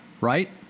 right